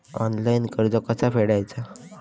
Online कर्ज कसा फेडायचा?